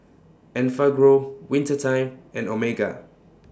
Enfagrow Winter Time and Omega